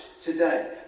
today